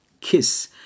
Kiss